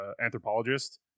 anthropologist